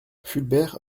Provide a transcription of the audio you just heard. fulbert